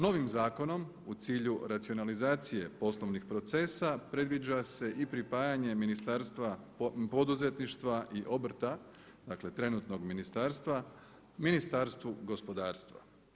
Novim zakonom u cilju racionalizacije poslovnih procesa predviđa se i pripajanje Ministarstva poduzetništva i obrata, dakle trenutnog ministarstva Ministarstvu gospodarstva.